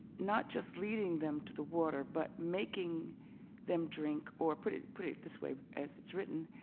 not just leading them to the water, but making them drink, or put it put it this way as it's written,